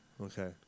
okay